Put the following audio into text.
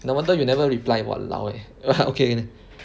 no wonder you never reply !walao! eh okay